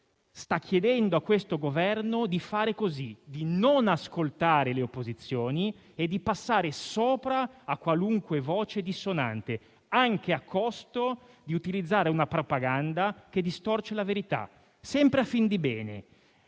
sta chiedendo a questo Governo di fare così, di non ascoltare le opposizioni e di passare sopra a qualunque voce dissonante, anche a costo di utilizzare una propaganda che distorce la verità, sempre a fin di bene.